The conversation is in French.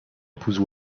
épouse